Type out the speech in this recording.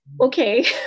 Okay